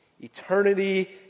Eternity